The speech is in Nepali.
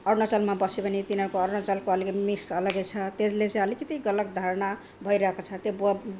अरुणाचलमा बस्यो भने तिनीहरूको अरुणाचलको अलिकति मिक्स अलग्गै छ त्यसले चाहिँ अलिकति गलत धारणा भइरहेको छ त्यो बब्